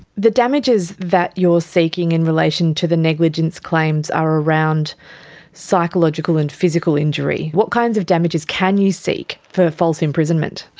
the damages that you are seeking in relation to the negligence claims are around psychological and physical injury. what kinds of damages can you seek for false imprisonment?